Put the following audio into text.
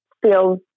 Feels